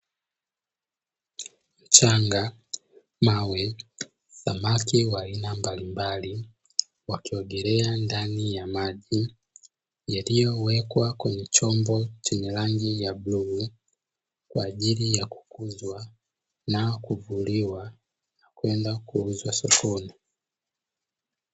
Mchanga, mawe, samaki wa aina mbalimbali wakiogelea ndani ya maji yaliyowekwa kwenye chombo chenye rangi ya bluu, kwa ajili ya kukuzwa na kuvuliwa na kwenda kuuzwa sokoni.